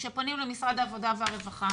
כשפונים למשרד העבודה והרווחה,